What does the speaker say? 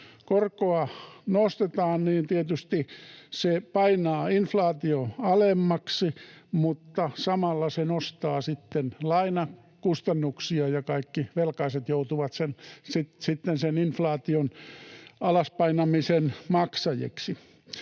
korkoa nostetaan, niin tietysti se painaa inflaatiota alemmaksi, mutta samalla se nostaa lainakustannuksia ja kaikki velkaiset joutuvat sen inflaation alas painamisen maksajiksi.